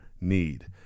need